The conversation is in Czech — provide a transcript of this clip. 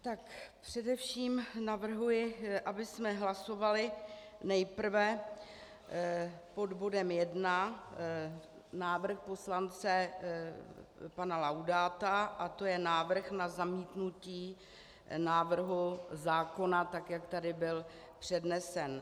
Tak především navrhuji, abychom hlasovali nejprve pod bodem 1 návrh poslance pana Laudáta, to je návrh na zamítnutí návrhu zákona, tak jak tady byl přednesen.